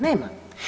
Nema.